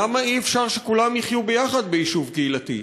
למה אי-אפשר שכולם יחיו יחד ביישוב קהילתי?